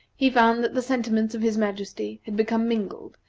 he found that the sentiments of his majesty had become mingled,